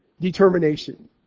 determination